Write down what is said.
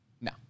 No